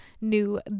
new